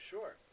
Sure